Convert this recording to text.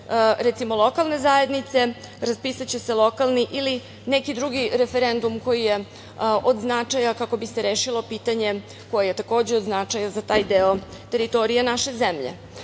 recimo, lokalne zajednice, raspisaće se lokalni ili neki drugi referendum koji je od značaja kako bi se rešilo pitanje koje je takođe od značaja za taj deo teritorije naše zemlje. Na